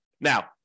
Now